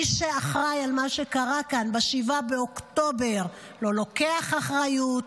מי שאחראי על מה שקרה כאן ב-7 באוקטובר לא לוקח אחריות,